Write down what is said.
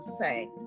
say